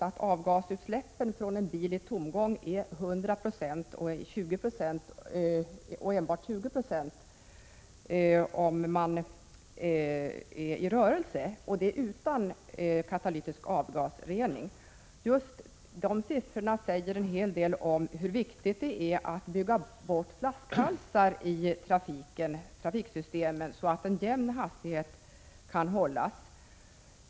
Avgasutsläppen från en bil som går på tomgång är utan katalytisk avgasrening 100 96, men enbart 20 Ice när den är i rörelse. Dessa siffror säger en hel del om hur viktigt det är att bygga bort flaskhalsar i trafiksystemen, så att en jämn hastighet kan hållas.